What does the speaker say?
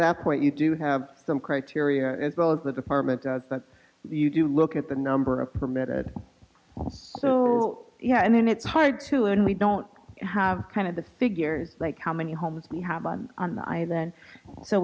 that point you do have some criteria as well as the department does that you do look at the number of permitted so yeah and then it's hard to and we don't have kind of the figures like how many homes we have on on the i